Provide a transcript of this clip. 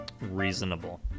Reasonable